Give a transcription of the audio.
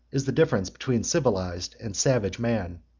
is the difference between civilized and savage man.